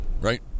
Right